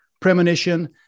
premonition